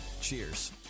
Cheers